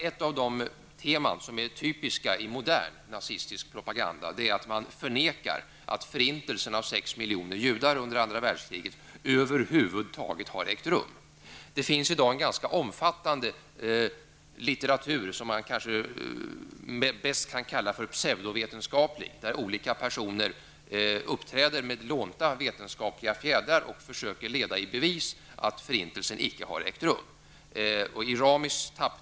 Ett av de teman som är typiska i modern nazistisk propaganda är nämligen förnekandet av att förintelsen av 6 miljoner judar under andra världskriget över huvud taget har ägt rum. Det finns i dag en ganska omfattande litteratur, som i bästa fall kan kallas pseudovetenskaplig, där olika personer uppträder med lånta vetenskapliga fjädrar och försöker leda i bevis att förintelsen icke har ägt rum.